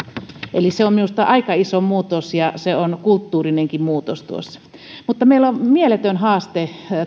ikäluokittain se on minusta aika iso muutos ja se on kulttuurinenkin muutos tuossa meillä on mieletön haaste